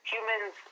Humans